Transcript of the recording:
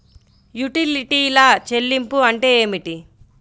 యుటిలిటీల చెల్లింపు అంటే ఏమిటి?